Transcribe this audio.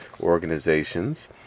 organizations